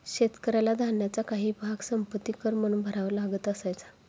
शेतकऱ्याला धान्याचा काही भाग संपत्ति कर म्हणून भरावा लागत असायचा